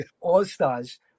All-Stars